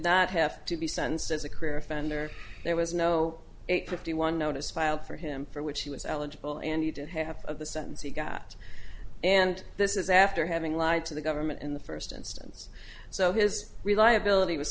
not have to be sense as a career offender there was no eight fifty one notice filed for him for which he was eligible and he did have the sense he got and this is after having lied to the government in the first instance so his reliability was